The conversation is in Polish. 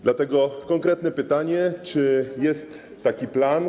Dlatego konkretne pytanie: Czy jest taki plan?